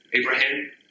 Abraham